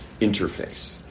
interface